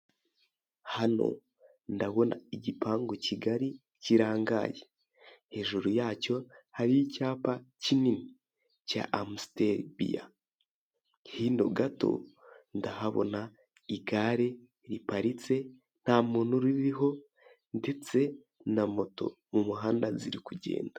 Hano ndabona igipangu kigali kirangaye, hejuru yacyo hari icyapa kinini cya AMSTEL biya; hino gato ndahabona igare riparitse nta muntu uririho, ndetse na moto mu muhanda ziri kugenda.